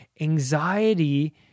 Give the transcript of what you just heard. Anxiety